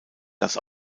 dass